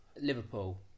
Liverpool